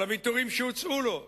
על הוויתורים שהוצעו לו: